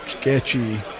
sketchy